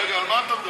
רגע, על מה מדברים?